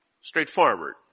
straightforward